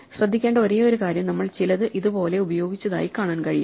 ശ്രദ്ധിക്കേണ്ട ഒരേയൊരു കാര്യം നമ്മൾ ചിലത് ഇതുപോലെ ഉപയോഗിച്ചതായി കാണാൻ കഴിയും